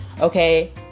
Okay